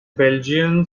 belgian